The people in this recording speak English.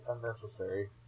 unnecessary